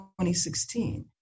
2016